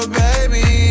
baby